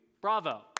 Bravo